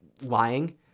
lying